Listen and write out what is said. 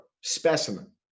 specimen